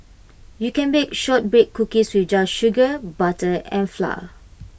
you can bake Shortbread Cookies with just sugar butter and flour